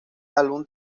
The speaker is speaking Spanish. álbum